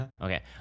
Okay